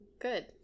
good